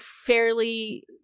fairly